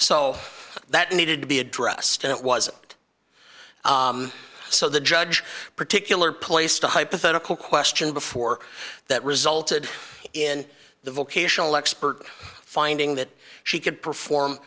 so that needed to be addressed and it wasn't so the judge particular placed a hypothetical question before that resulted in the vocational expert finding that she could perform